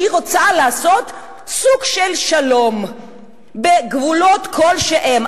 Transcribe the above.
שהיא רוצה לעשות סוג של שלום בגבולות כלשהם.